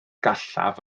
gallaf